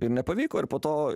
ir nepavyko ir po to